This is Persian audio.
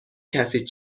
کسی